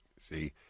See